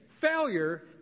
Failure